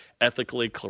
ethically